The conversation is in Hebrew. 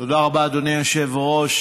תודה רבה, אדוני היושב-ראש,